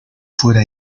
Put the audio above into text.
fuera